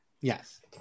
Yes